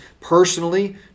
personally